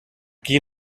qui